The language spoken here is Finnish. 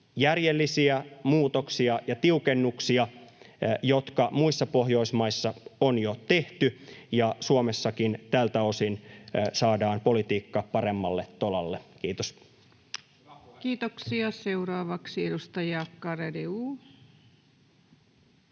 järjellisiä muutoksia ja tiukennuksia, jotka muissa Pohjoismaissa on jo tehty, ja Suomessakin tältä osin saadaan politiikka paremmalle tolalle. — Kiitos. [Speech 324] Speaker: